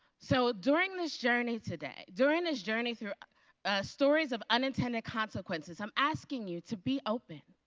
so, during this journey today, during this journey through stories of unintended consequences, i'm asking you to be open.